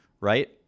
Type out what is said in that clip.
right